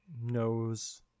knows